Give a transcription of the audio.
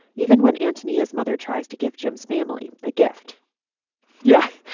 even when antonia's mother tries to give jim's family a gift yeah,